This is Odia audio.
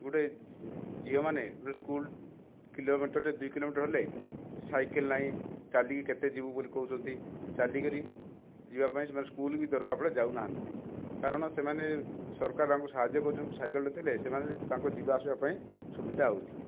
ଗୋଟିଏ ଝିଅମାନେ ଗୋଟିଏ ସ୍କୁଲ୍ କିଲୋମିଟରଟିଏ ଦୁଇ କିଲୋମିଟର ହେଲେ ସାଇକେଲ ନାହିଁ ଚାଲିକି କେତେ ଯିବୁ ବୋଲି କହୁଛନ୍ତି ଚାଲିକରି ଯିବାପାଇଁ ସେମାନେ ସ୍କୁଲକୁ ବି ଦରକାର ପଡ଼ିଲେ ଯାଉନାହାନ୍ତି କାରଣ ସେମାନେ ସରକାର ତାଙ୍କୁ ସାହାଯ୍ୟ କରୁଛନ୍ତି ସାଇକେଲଟିଏ ଦେଲେ ସେମାନେ ତାଙ୍କ ଯିବାଆସିବା ପାଇଁ ସୁବିଧା ହେଉଛି